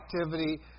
activity